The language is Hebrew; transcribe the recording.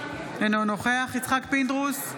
אינו נוכח יצחק פינדרוס,